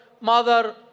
mother